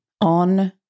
on